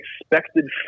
expected